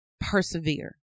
persevere